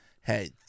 hey